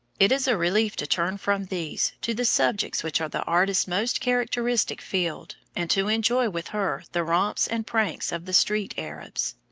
it is a relief to turn from these to the subjects which are the artist's most characteristic field, and to enjoy with her the romps and pranks of the street arabs.